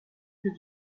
que